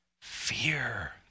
fear